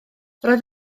roedd